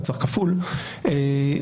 רצח כפול,